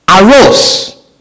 arose